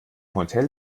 hotel